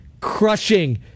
crushing